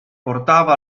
portava